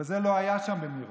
וזה לא היה שם במירון.